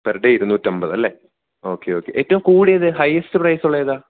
per day ഇരുന്നൂറ്റമ്പത് അല്ലേ okay okay ഏറ്റവും കൂടിയത് ഹൈയസ്റ്റ് പ്രൈസുള്ളത് ഏതാണ്